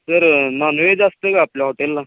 sir non veg असतं का आपल्या हॉटेलला